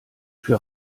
für